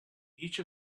each